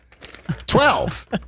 Twelve